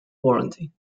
warranty